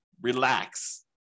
Relax